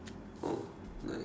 oh nice